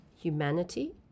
Humanity